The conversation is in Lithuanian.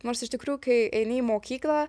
nors iš tikrųjų kai eini į mokyklą